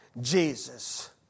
Jesus